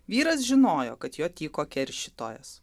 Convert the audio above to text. vyras žinojo kad jo tyko keršytojas